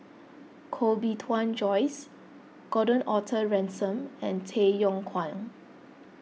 Koh Bee Tuan Joyce Gordon Arthur Ransome and Tay Yong Kwang